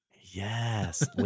Yes